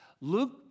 Luke